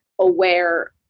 aware